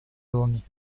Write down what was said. dłoni